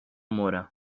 mora